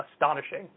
astonishing